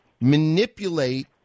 manipulate